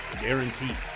guaranteed